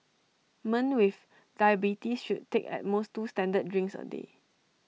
men with diabetes should take at most two standard drinks A day